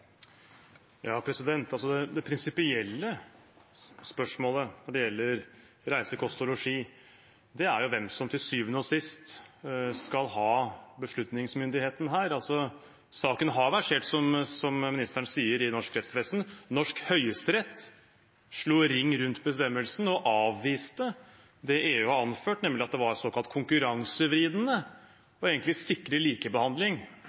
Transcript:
Det prinsipielle spørsmålet når det gjelder reise, kost og losji, er jo hvem som til syvende og sist skal ha beslutningsmyndigheten her. Saken har versert, som ministeren sier, i norsk rettsvesen. Norsk høyesterett slo ring rundt bestemmelsen og avviste det EU har anført, nemlig at det var såkalt konkurransevridende egentlig å sikre likebehandling